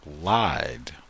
lied